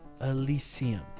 Elysium